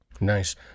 Nice